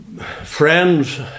friends